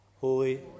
Holy